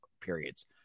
periods